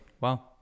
Wow